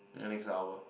yeah next hour